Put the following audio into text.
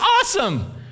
awesome